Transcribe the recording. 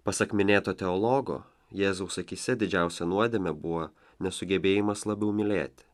pasak minėto teologo jėzaus akyse didžiausia nuodėmė buvo nesugebėjimas labiau mylėti